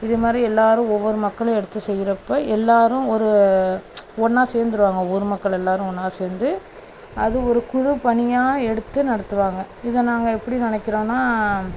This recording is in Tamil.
இதுமாதிரி எல்லாரும் ஒவ்வொரு மக்களும் எடுத்து செய்றப்போ எல்லாரும் ஒரு ஒன்னாக சேர்ந்துடுவாங்க ஊர் மக்கள் எல்லாரும் ஒன்னாக சேர்ந்து அது ஒரு குழுப் பணியாக எடுத்து நடத்துவாங்க இதை நாங்கள் எப்படி நினைக்கிறோன்னா